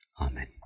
Amen